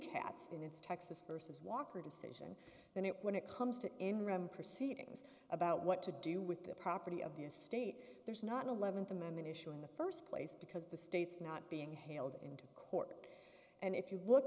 cats in its texas versus walker decision than it when it comes to enron proceedings about what to do with the property of the estate there's not an eleventh amendment issue in the first place because the states not being hailed into court and if you look